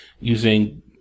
using